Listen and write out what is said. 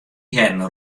hearden